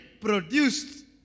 produced